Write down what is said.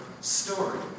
story